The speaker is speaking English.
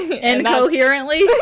Incoherently